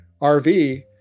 RV